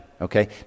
Okay